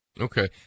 Okay